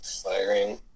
Firing